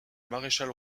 maréchal